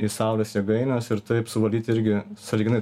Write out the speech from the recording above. į saulės jėgaines ir taip suvaldyti irgi sąlyginai